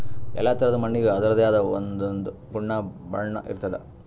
ಎಲ್ಲಾ ಥರಾದ್ ಮಣ್ಣಿಗ್ ಅದರದೇ ಆದ್ ಒಂದೊಂದ್ ಗುಣ ಬಣ್ಣ ಇರ್ತದ್